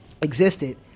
existed